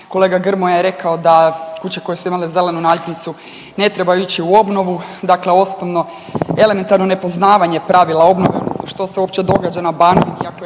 Kolega Grmoja je rekao da kuće koje su imale zelenu naljepnicu ne trebaju ići u obnovu, dakle osnovno elementarno nepoznavanje pravila obnove, što se uopće događa na Banovini